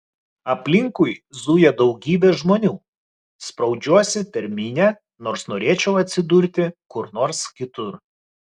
aplinkui zuja daugybė žmonių spraudžiuosi per minią nors norėčiau atsidurti kur nors kitur